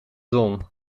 zon